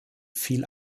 viel